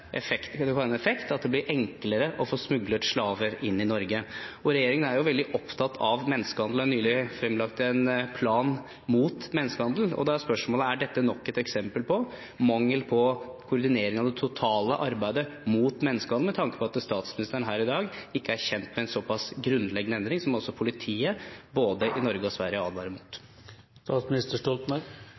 at det er blitt enklere å få smuglet slaver inn i Norge. Regjeringen er jo veldig opptatt av menneskehandel og har nylig fremlagt en plan mot menneskehandel. Da er spørsmålet: Er dette nok et eksempel på mangel på koordinering av det totale arbeidet mot menneskehandel, med tanke på at statsministeren her i dag ikke er kjent med en såpass grunnleggende endring som politiet i både Norge og Sverige advarer mot?